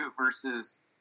versus